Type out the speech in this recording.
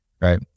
right